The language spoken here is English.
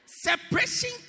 separation